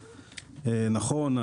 נכון,